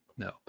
No